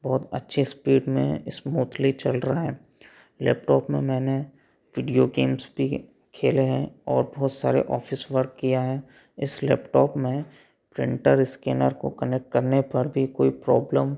और अच्छी स्पीड में स्मूथली चल रहा है लैपटॉप में मैंने वीडियो गेम्स भी खेले हैं और बहुत सारे ऑफिस वर्क किया है इस लैपटॉप में प्रिंटर स्कैनर को कनेक्ट करने पर भी कोई प्रॉब्लम